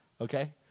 okay